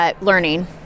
learning